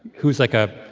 who's like a